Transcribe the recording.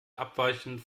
abweichend